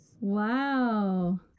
Wow